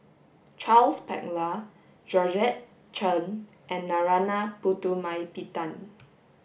Charles Paglar Georgette Chen and Narana Putumaippittan